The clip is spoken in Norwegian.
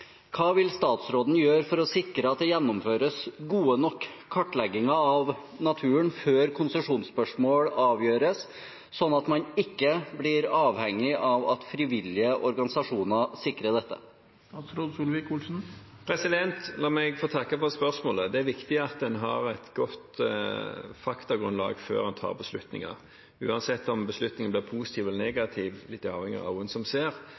Hva vil statsråden gjøre for å sikre at det gjennomføres gode nok kartlegginger av naturen før konsesjonsspørsmål avgjøres, slik at man ikke blir avhengig av at frivillige organisasjoner sikrer dette?» La meg få takke for spørsmålet. Det er viktig at en har et godt faktagrunnlag før en tar beslutninger. Uansett om beslutningen blir positiv eller negativ – litt avhengig av øynene som ser